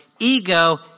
Ego